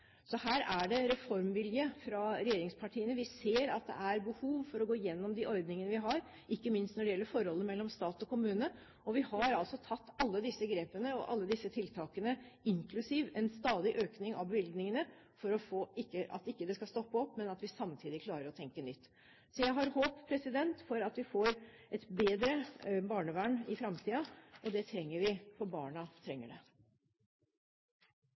Så her er det reformvilje fra regjeringspartiene. Vi ser at det er behov for å gå igjennom de ordningene vi har, ikke minst når det gjelder forholdet mellom stat og kommune. Og vi har altså tatt alle disse grepene og satt i verk alle disse tiltakene, inklusiv en stadig økning av bevilgningene, for at det ikke skal stoppe opp, men at vi samtidig klarer å tenke nytt. Så jeg har håp om at vi får et bedre barnevern i framtiden, og det trenger vi, for barna trenger det.